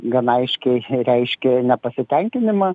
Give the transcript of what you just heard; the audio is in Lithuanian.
gan aiškiai reiškė nepasitenkinimą